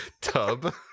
tub